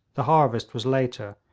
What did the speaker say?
the harvest was later,